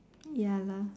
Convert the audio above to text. ya lah